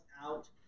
out